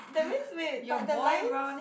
that's means we but the lines